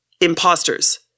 imposters